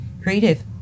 creative